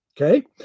Okay